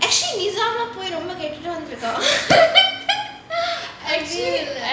actually வந்து போய் ரொம்ப கெட்டுட்டு வந்துருக்க:vanthu poi romba ketutu vanthuruka